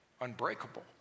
unbreakable